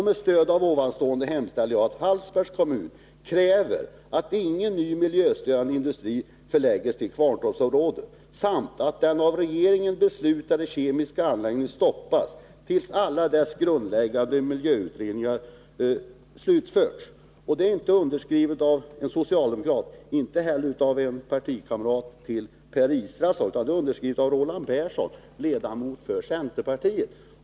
Med stöd av ovanstående hemställer jag att Hallsbergs kommun kräver att ingen ny miljöstörande industri förläggs till Kvarntorpsområdet samt att den av regeringen beslutade kemiska anläggningen stoppas tills alla dessa grundläggande miljöutredningar slutförts. Motionen är inte underskriven av någon socialdemokrat och inte heller av någon partikamrat till Per Israelsson, utan av Roland Persson, ledamot för centerpartiet.